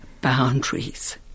boundaries